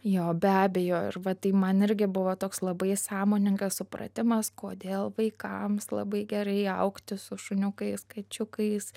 jo be abejo ir va tai man irgi buvo toks labai sąmoningas supratimas kodėl vaikams labai gerai augti su šuniukais kačiukais